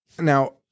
Now